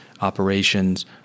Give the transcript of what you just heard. operations